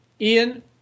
Ian